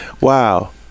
Wow